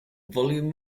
volume